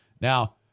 Now